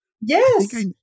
Yes